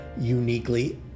uniquely